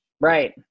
right